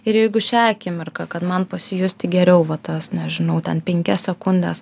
ir jeigu šią akimirką kad man pasijusti geriau va tas nežinau ten penkias sekundes